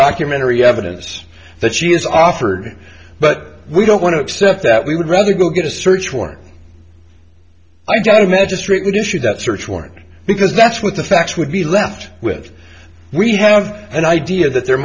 documentary evidence that she is offered but we don't want to accept that we would rather go get a search warrant i've got a magistrate issued that search warrant because that's what the facts would be left with we have an idea that there